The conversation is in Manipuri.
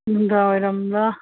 ꯅꯨꯡꯗꯥꯡ ꯋꯥꯏꯔꯝꯂ